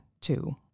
two